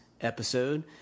episode